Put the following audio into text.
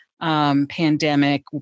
pandemic